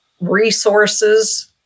resources